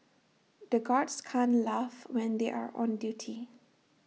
the guards can't laugh when they are on duty